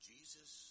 Jesus